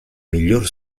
miglior